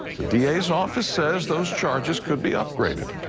the d a s office says those charges could be upgraded.